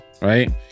Right